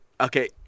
Okay